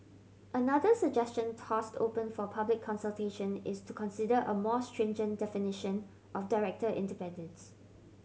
another suggestion tossed open for public consultation is to consider a more stringent definition of director independence